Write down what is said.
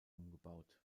umgebaut